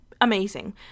amazing